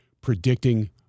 predicting